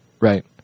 Right